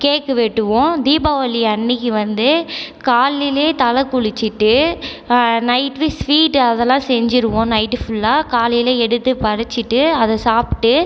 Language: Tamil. கேக்கு வெட்டுவோம் தீபாவளி அன்றைக்கி வந்து காலையிலேயே தலை குளிச்சுட்டு நைட்டு ஸ்வீட்டு அதெல்லாம் செஞ்சுடுவோம் நைட்டு ஃபுல்லாக காலையிலே எடுத்து படச்சுட்டு அதை சாப்பிட்டு